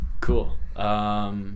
Cool